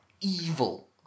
evil